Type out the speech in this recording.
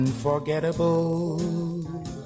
Unforgettable